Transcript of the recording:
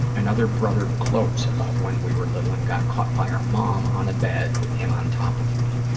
another brother gloats about when we were little and got caught by our mom on a bed with him on top of me.